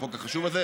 בחוק החשוב הזה.